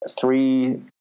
three